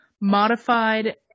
modified